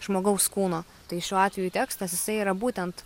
žmogaus kūno tai šiuo atveju tekstas jisai yra būtent